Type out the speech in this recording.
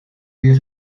weer